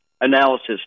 analysis